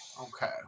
Okay